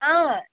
ആ